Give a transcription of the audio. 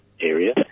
area